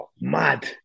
mad